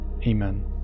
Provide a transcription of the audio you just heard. Amen